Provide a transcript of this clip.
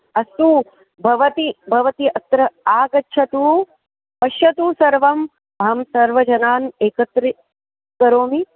अस्तु भवती भवती अत्र आगच्छतु पश्यतु सर्वम् अहं सर्वजनान् एकत्रीकरोमि